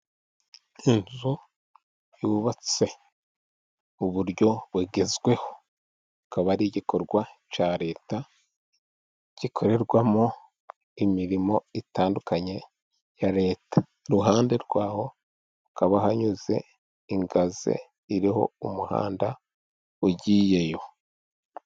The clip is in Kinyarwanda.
Inzu yubatse mu buryo bugezweho, ikaba ari igikorwa cya leta gikorerwamo imirimo itandukanye ya leta. Iruhande rwaho hakaba hanyuze ingaze iriho umuhanda ugiyeyo.